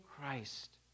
Christ